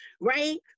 right